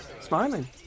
smiling